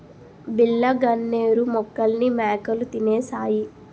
బిళ్ళ గన్నేరు మొక్కల్ని మేకలు తినేశాయి